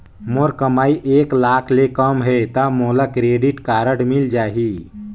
मोर कमाई एक लाख ले कम है ता मोला क्रेडिट कारड मिल ही?